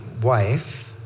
wife